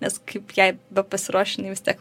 nes kaip jai pasiruoši jinai vis tiek